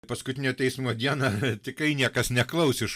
paskutinio teismo dieną tikrai niekas neklaus iš